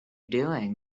doing